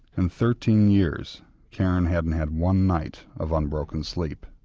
in thirteen years karen hadn't had one night of unbroken sleep.